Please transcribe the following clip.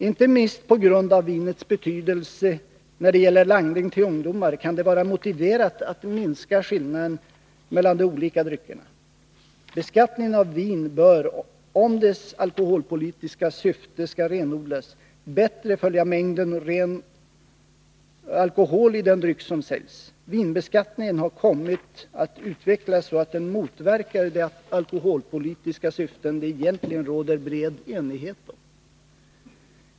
Inte minst på grund av vinets betydelse när det gäller langning till ungdomar kan det vara motiverat att minska skillnaden mellan de olika dryckerna. Beskattningen av vin bör, om det alkoholpolitiska syftet skall renodlas, bättre följa mängden ren alkohol i den dryck som säljs. Vinbeskattningen har kommit att utvecklas så, att den motverkar de alkoholpolitiska syften det egentligen råder bred enighet om.